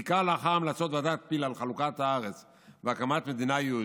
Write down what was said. ובעיקר לאחר המלצות ועדת פיל על חלוקת הארץ והקמת מדינה יהודית,